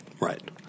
Right